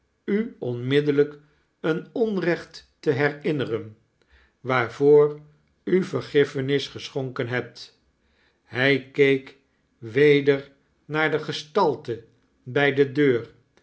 u onmiddellijk een onrecht te herinnieren waarvoor u vergiffeinis geschonken hebt hq keek weder naar de gestalte bij de deur